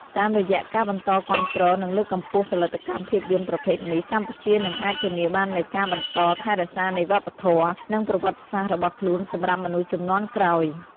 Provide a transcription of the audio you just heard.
តាមរយៈការបន្តគាំទ្រ និងលើកកម្ពស់ផលិតកម្មភាពយន្តប្រភេទនេះ កម្ពុជានឹងអាចធានាបាននូវការបន្តថែរក្សានៃវប្បធម៌ និងប្រវត្តិសាស្ត្ររបស់ខ្លួនសម្រាប់មនុស្សជំនាន់ក្រោយ។